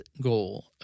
goal